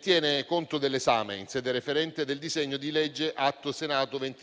Tiene anche conto dell'esame in sede referente del disegno di legge, Atto Senato n.